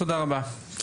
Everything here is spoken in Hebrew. תודה רבה.